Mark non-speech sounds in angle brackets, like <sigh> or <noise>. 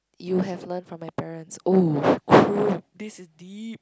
you hve learn from my parents oh <breath> this is deep